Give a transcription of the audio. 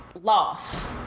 loss